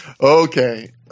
okay